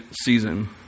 season